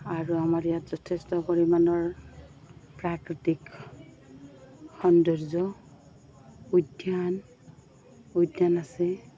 আৰু আমাৰ ইয়াত যথেষ্ট পৰিমাণৰ প্ৰাকৃতিক সৌন্দৰ্য উদ্যান উদ্যান আছে